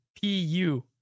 P-U